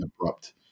abrupt